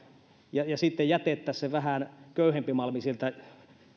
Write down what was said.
ja jätettäisiin se vähän köyhempi malmi sieltä